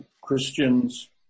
christians